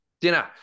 Dinner